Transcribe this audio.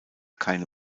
keine